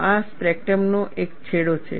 આ સ્પેક્ટ્રમનો એક છેડો છે